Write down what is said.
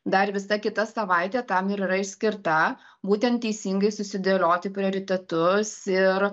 dar visa kita savaitė tam ir yra išskirta būtent teisingai susidėlioti prioritetus ir